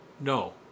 No